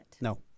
No